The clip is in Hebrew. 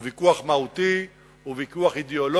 הוא ויכוח מהותי, הוא ויכוח אידיאולוגי,